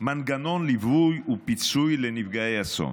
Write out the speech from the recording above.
מנגנון ליווי ופיצוי לנפגעי אסון.